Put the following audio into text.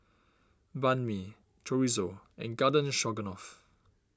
Banh Mi Chorizo and Garden Stroganoff